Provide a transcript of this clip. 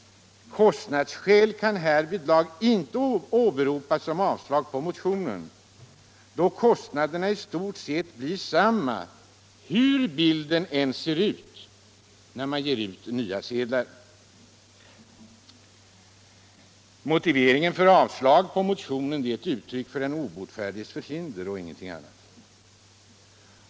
Kostnadsskäl kan härvidlag inte åberopas som avslag på motionen, då kostnaderna i stort sett blir desamma hur bilden än ser ut. Motiveringen för avslag på motionen är ett uttryck för de obotfärdigas förhinder och ingenting annat.